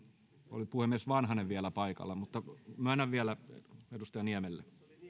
oli puhemies vanhanen vielä paikalla mutta myönnän vielä edustaja niemelle kiitokset